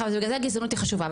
בגלל זה גזענות היא חשובה.